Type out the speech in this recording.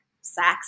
sex